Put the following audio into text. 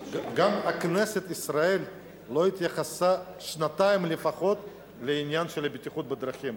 גם כנסת ישראל לא התייחסה שנתיים לפחות לעניין הבטיחות בדרכים,